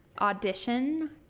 audition